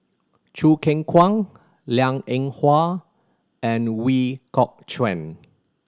Choo Keng Kwang Liang Eng Hwa and Ooi Kok Chuen